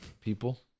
people